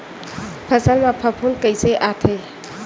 फसल मा फफूंद कइसे आथे?